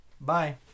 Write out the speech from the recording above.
Bye